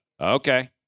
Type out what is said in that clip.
Okay